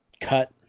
cut